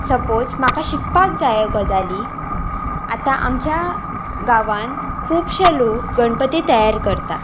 suppose म्हाका शिकपाक जाय ह्यो गजाली आतां आमच्या गांवांत खुबशे लोक गणपती तयार करतात